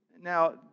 Now